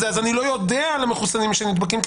כך אני לא יודע על מחוסנים שנדבקים,